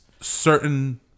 certain